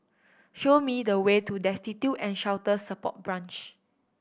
show me the way to Destitute and Shelter Support Branch